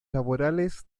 laborales